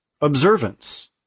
observance